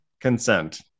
consent